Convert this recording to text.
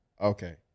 Okay